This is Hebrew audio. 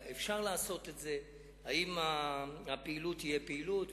אפשר לעשות את זה, האם הפעילות תהיה פעילות.